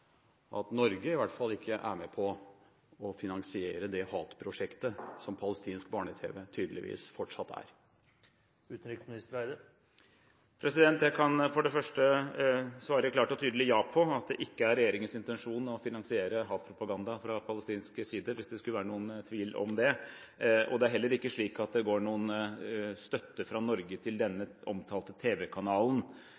at Norge i hvert fall ikke er med på å finansiere det hatprosjektet som palestinsk barne-tv tydeligvis fortsatt er? Jeg kan for det første svare klart og tydelig ja på at det ikke er regjeringens intensjon å finansiere hatpropaganda fra palestinsk side – hvis det skulle være noen tvil om det. Det er heller ikke slik at det går noen støtte fra Norge til denne